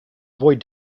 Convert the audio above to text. avoid